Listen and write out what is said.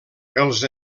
els